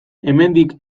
hemendik